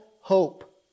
hope